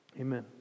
Amen